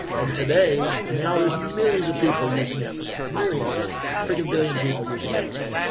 and today now there's millions of people using amazon millions, just fricking billion people using amazon,